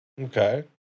Okay